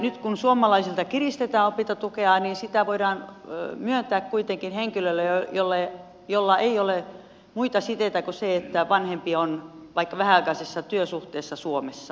nyt kun suomalaisilta kiristetään opintotukea niin sitä voidaan myöntää kuitenkin henkilölle jolla ei ole muita siteitä kuin se että vanhempi on vaikka vähäaikaisessa työsuhteessa suomessa